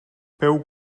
peu